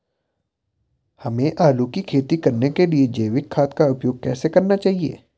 हमें आलू की खेती करने के लिए जैविक खाद का उपयोग कैसे करना चाहिए?